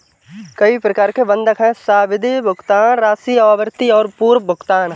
कई प्रकार के बंधक हैं, सावधि, भुगतान राशि और आवृत्ति और पूर्व भुगतान